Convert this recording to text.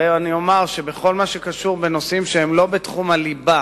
הרי אני אומר שבכל מה שקשור בנושאים שהם לא בתחום הליבה